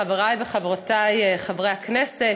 חברי וחברותי חברי הכנסת,